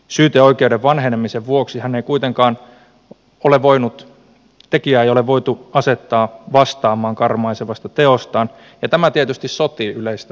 syyteoikeuden vanhenemisen vuoksi tekijää ei kuitenkaan ole voitu asettaa vastaamaan karmaisevasta teostaan ja tämä tietysti sotii yleistä oikeustajua vastaan